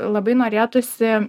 labai norėtųsi